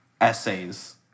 essays